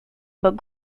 but